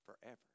Forever